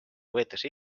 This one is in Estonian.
võetakse